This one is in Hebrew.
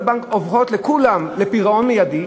עוברות לפירעון מיידי.